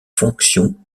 fonctions